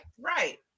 Right